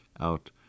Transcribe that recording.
out